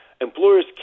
Employers